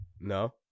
No